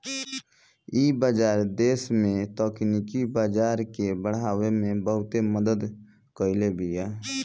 इ बाजार देस में तकनीकी बाजार के बढ़ावे में बहुते मदद कईले बिया